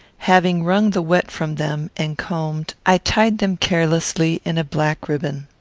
having wrung the wet from them, and combed, i tied them carelessly in a black riband.